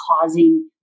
causing